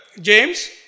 James